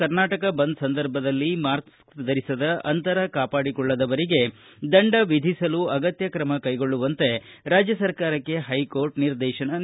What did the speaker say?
ಕರ್ನಾಟಕ ಬಂದ್ ಸಂದರ್ಭದಲ್ಲಿ ಮಾಸ್ಕ್ ಧರಿಸದ ಅಂತರ ಕಾಪಾಡಿಕೊಳ್ಳದವರಿಗೆ ದಂಡ ವಿಧಿಸಲು ಅಗತ್ಯ ಕ್ರಮ ಕೈಗೊಳ್ಳುವಂತೆ ರಾಜ್ಯ ಸರ್ಕಾರಕ್ಕೆ ಹೈಕೋರ್ಟ ನಿರ್ದೇಶನ ನೀಡಿದೆ